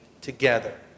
together